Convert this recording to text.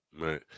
Right